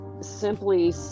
simply